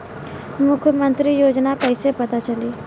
मुख्यमंत्री योजना कइसे पता चली?